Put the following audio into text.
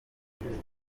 inshuti